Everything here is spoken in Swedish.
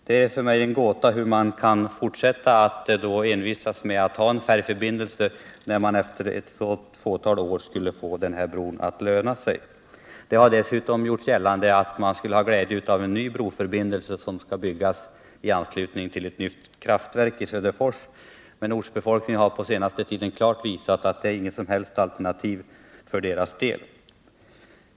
Det är för mig en gåta hur man då kan fortsätta att envisas med att ha en färjeförbindelse, när man efter så litet antal år skulle få bron att löna sig. Det har dessutom gjorts gällande att man skulle ha glädje av en ny broförbindelse som skall byggas i anslutning till ett nytt kraftverk i Söderfors. Men ortsbefolkningen har på senaste tiden klart visat att det inte är något alternativ för dess del.